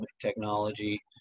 technology